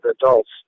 adults